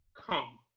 come